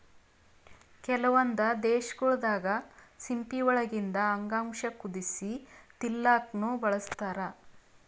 ಕೆಲವೊಂದ್ ದೇಶಗೊಳ್ ದಾಗಾ ಸಿಂಪಿ ಒಳಗಿಂದ್ ಅಂಗಾಂಶ ಕುದಸಿ ತಿಲ್ಲಾಕ್ನು ಬಳಸ್ತಾರ್